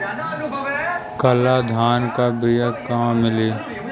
काला धान क बिया कहवा मिली?